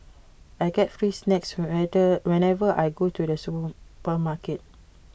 I get free snacks whatever whenever I go to the supermarket